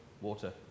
water